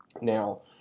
Now